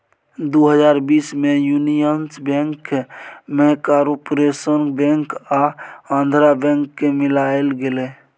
दु हजार बीस मे युनियन बैंक मे कारपोरेशन बैंक आ आंध्रा बैंक केँ मिलाएल गेलै